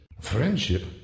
Friendship